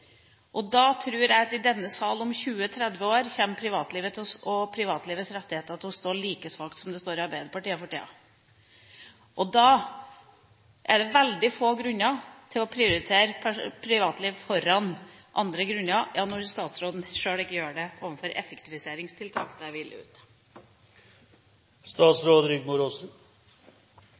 Og da tror jeg at om 20–30 år kommer privatlivet og privatlivets rettigheter i denne sal til å stå like svakt som det står i Arbeiderpartiet for tida. Da er det veldig få grunner til å prioritere privatliv foran andre grunner – ja, når statsråden sjøl ikke gjør det overfor effektiviseringstiltak,